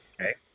Okay